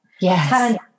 yes